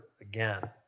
again